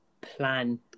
plan